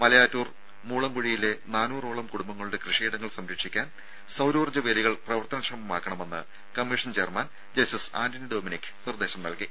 മലയാറ്റൂർ മൂളംകുഴിയിലെ നാനൂറോളം കുടുംബങ്ങളുടെ കൃഷിയിടങ്ങൾ സംരക്ഷിക്കാൻ സൌരോർജ്ജ വേലികൾ പ്രവർത്തനക്ഷമമാക്കണമെന്ന് commission chairman justice Antony Dominic നിർദേശം നൽകി